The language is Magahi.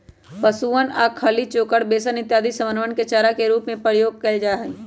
पशुअन ला खली, चोकर, बेसन इत्यादि समनवन के चारा के रूप में उपयोग कइल जाहई